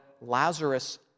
Lazarus